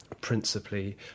principally